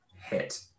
hit